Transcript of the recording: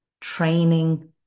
training